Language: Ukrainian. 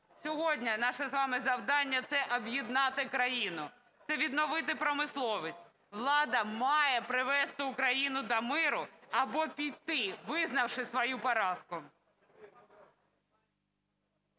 Сьогодні наше з вами завдання – це об'єднати країну, це відновити промисловість. Влада має привести Україну до миру або піти, визнавши свою поразку.